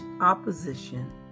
opposition